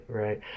right